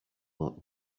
lot